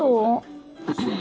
তো